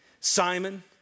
Simon